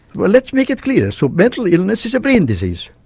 well let's make it clear so mental illness is a brain disease.